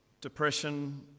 depression